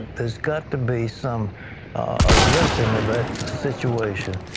there's got to be some addressing of that situation,